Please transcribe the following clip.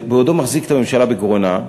בעודו מחזיק את הממשלה בגרונה,